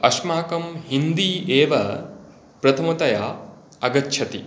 अस्माकं हिन्दी एव प्रथमतया आगच्छति